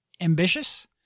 ambitious